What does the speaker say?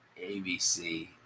ABC